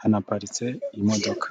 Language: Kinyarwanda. hanaparitse imodoka.